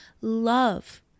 love